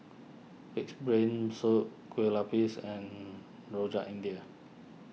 Pig's Brain Soup Kueh Lupis and Rojak India